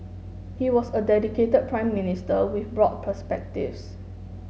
he was a dedicated Prime Minister with broad perspectives